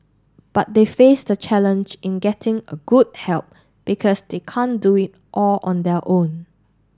but they face the challenge in getting a good help because they can't do it all on their own